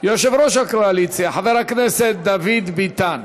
יושב-ראש הקואליציה חבר הכנסת דוד ביטן.